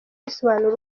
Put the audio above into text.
risobanura